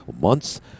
months